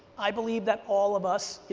i believe that all of us, you